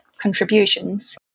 contributions